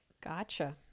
Gotcha